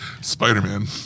Spider-Man